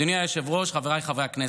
אדוני היושב-ראש, חבריי חברי הכנסת,